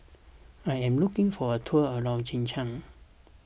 I am looking for a tour around Czechia